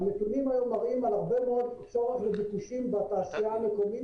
הנתונים היום מראים על הרבה מאוד צורך וביקושים בתעשייה המקומית